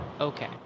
Okay